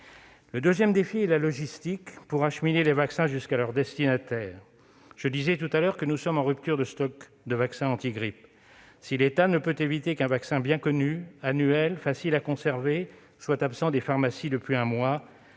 Le second défi est la logistique, pour acheminer les vaccins jusqu'à leurs destinataires. Je disais tout à l'heure que nous sommes en rupture de stock de vaccins antigrippe. Si l'État ne peut éviter qu'un vaccin bien connu, annuel, facile à conserver, soit absent des pharmacies depuis un mois,